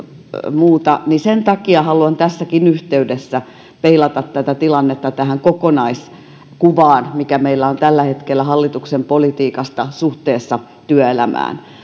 muuta sen takia haluan tässäkin yhteydessä peilata tätä tilannetta tähän kokonaiskuvaan mikä meillä on tällä hetkellä hallituksen politiikasta suhteessa työelämään